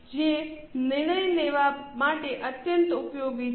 છે જે નિર્ણય લેવા માટે અત્યંત ઉપયોગી છે